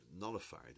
nullified